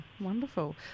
wonderful